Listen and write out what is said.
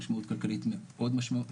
משמעות כלכלית מאוד משמעותית,